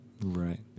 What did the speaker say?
Right